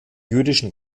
jüdischen